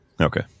Okay